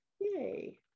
Yay